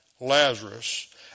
Lazarus